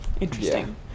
Interesting